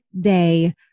day